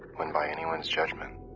when by anyone's judgment.